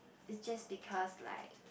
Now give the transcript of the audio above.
it's just because like